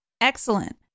excellent